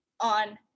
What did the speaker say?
on